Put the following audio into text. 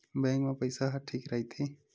Bank मा पईसा ह ठीक राइथे?